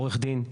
עורך דין,